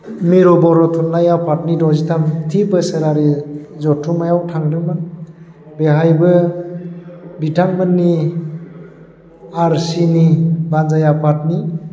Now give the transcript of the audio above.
मिरु बर' थुनलाइ आफादनि द'जिथामथि बोसोरारि जथुमायाव थांदोंमोन बेहायबो बिथांमोननि आरसिनि बान्जाय आफादनि